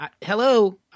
Hello